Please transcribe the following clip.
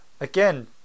again